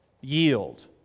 Yield